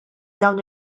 dawn